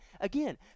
Again